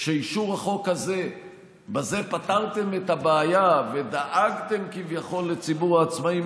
שבאישור החוק הזה פתרתם את הבעיה ודאגתם כביכול לציבור העצמאים,